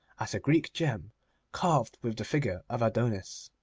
at a greek gem carved with the figure of adonis.